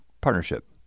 Partnership